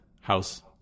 house